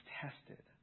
tested